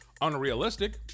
unrealistic